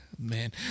Man